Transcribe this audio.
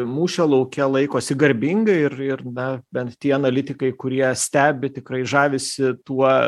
mūšio lauke laikosi garbingai ir ir na bent tie analitikai kurie stebi tikrai žavisi tuo